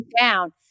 down